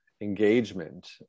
engagement